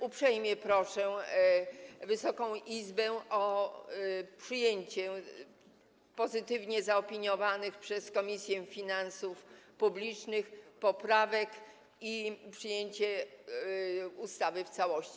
Uprzejmie proszę Wysoką Izbę o przyjęcie pozytywnie zaopiniowanych przez Komisję Finansów Publicznych zmian i przyjęcie ustawy w całości.